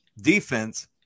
defense